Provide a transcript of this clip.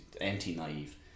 anti-naive